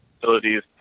facilities